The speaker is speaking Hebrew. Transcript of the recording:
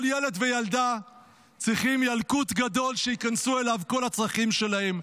כל ילד וילדה צריכים ילקוט גדול שייכנסו אליו כל הצרכים שלהם,